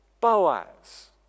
Boaz